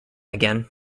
again